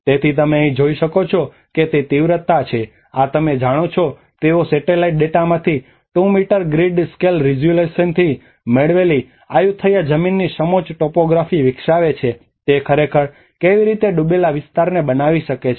તેથી તમે અહીં જોઈ શકો છો તે તીવ્રતા છે આ તમે જાણો છો કે તેઓ સેટેલાઇટ ડેટામાંથી 2 મીટર ગ્રીડ સ્કેલ રિઝોલ્યુશનથી મેળવેલી આયુથૈયા જમીનની સમોચ્ચ ટોપોગ્રાફી વિકસાવે છે અને તે ખરેખર કેવી રીતે ડૂબેલા વિસ્તારોને બનાવી શકે છે